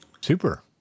Super